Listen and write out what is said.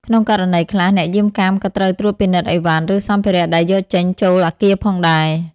ក្នុងករណីខ្លះ អ្នកយាមកាមក៏ត្រូវត្រួតពិនិត្យអីវ៉ាន់ ឬសម្ភារៈដែលយកចេញចូលអគារផងដែរ។